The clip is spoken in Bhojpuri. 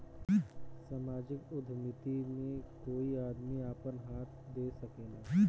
सामाजिक उद्यमिता में कोई आदमी आपन हाथ दे सकेला